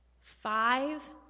five